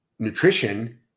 Nutrition